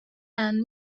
and